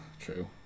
true